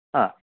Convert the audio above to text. ಹಾಂ